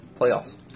playoffs